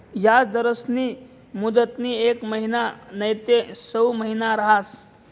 याजदरस्नी मुदतनी येक महिना नैते सऊ महिना रहास